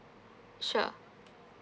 sure